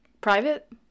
Private